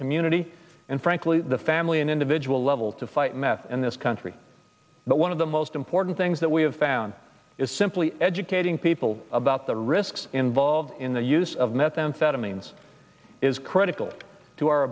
community and frankly the family and individual level to fight meth in this country but one of the most important things that we have found is simply educating people about the risks involved in the use of methamphetamines is critical to our